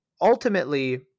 ultimately